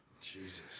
Jesus